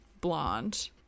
blonde